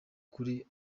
kuri